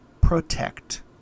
protect